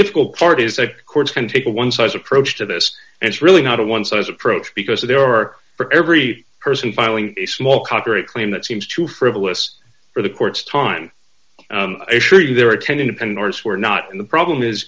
difficult part is that courts can take a one size approach to this and it's really not a one size approach because there are for every person filing a small cover a claim that seems to frivolous for the court's time sure you there are ten independents were not the problem is